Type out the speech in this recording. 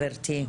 גברתי.